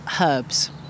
herbs